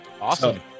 Awesome